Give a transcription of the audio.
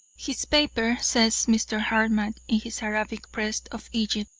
his paper, says mr. hartmann in his arabic press of egypt,